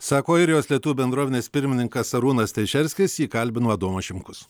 sako airijos lietuvių bendruomenės pirmininkas arūnas teišerskis jį kalbino adomas šimkus